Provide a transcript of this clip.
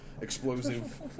explosive